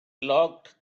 locked